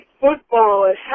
football